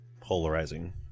polarizing